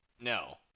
No